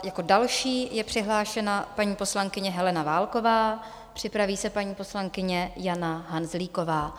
Jako další je přihlášena paní poslankyně Helena Válková, připraví se paní poslankyně Jana Hanzlíková.